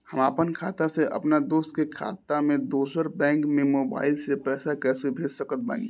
हम आपन खाता से अपना दोस्त के खाता मे दोसर बैंक मे मोबाइल से पैसा कैसे भेज सकत बानी?